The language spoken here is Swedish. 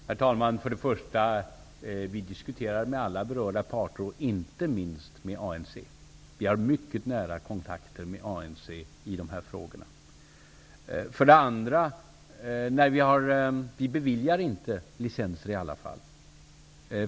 Herr talman! För det första diskuterar vi med alla berörda parter och inte minst med ANC. Vi har mycket nära kontakter med ANC i dessa frågor. För det andra beviljar vi inte licenser i alla fall.